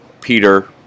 Peter